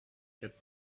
quatre